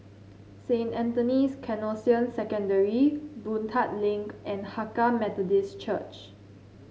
Saint Anthony's Canossian Secondary Boon Tat Link and Hakka Methodist Church